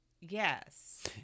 Yes